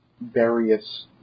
various